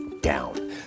down